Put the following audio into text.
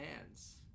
hands